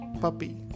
puppy